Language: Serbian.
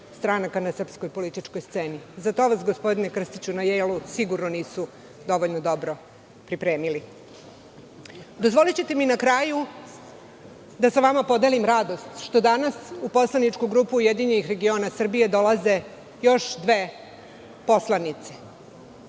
stranaka na srpskoj političkoj sceni. Za to vas gospodine Krstiću, na „Jejlu“ sigurno nisu dovoljno dobro pripremili. Dozvolićete mi na kraju da sa vama podelim radost što danas u poslaničku grupu URS dolaze još dve poslanice